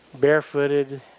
Barefooted